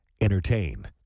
Entertain